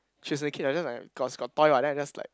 she was in the cage and then like got got toy [what] then I just like